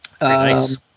Nice